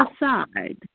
aside